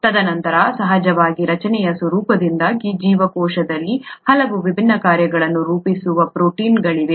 ತದನಂತರ ಸಹಜವಾಗಿ ರಚನೆಯ ಸ್ವರೂಪದಿಂದಾಗಿ ಜೀವಕೋಶದಲ್ಲಿ ಹಲವು ವಿಭಿನ್ನ ಕಾರ್ಯಗಳನ್ನು ರೂಪಿಸುವ ಪ್ರೋಟೀನ್ಗಳಿವೆ